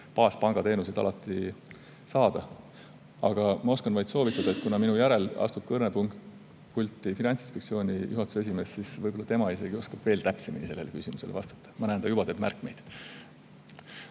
baaspangateenuseid alati saada. Aga ma oskan vaid soovitada. Minu järel astub kõnepulti Finantsinspektsiooni juhatuse esimees, võib-olla oskab tema veel täpsemini sellele küsimusele vastata. Ma näen, et ta juba teeb märkmeid.